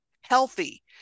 healthy